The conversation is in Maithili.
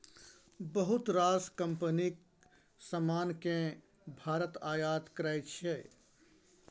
बहुत रास कंपनीक समान केँ भारत आयात करै छै